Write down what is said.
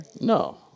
No